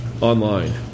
Online